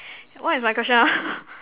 what is my question ah